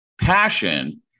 passion